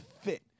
fit